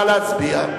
נא להצביע.